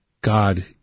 God